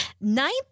Ninth